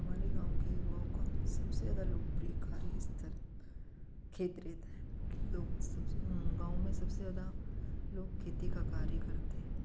हमारे गाँव की युवाओं का सबसे ज़्यादा लोकप्रिय कार्यस्थल खेतरित है लोग गाँव में सबसे ज़्यादा लोग खेती का कार्य करते हैं